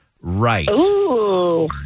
right